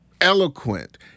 eloquent